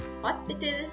hospitals